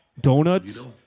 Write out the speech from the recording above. Donuts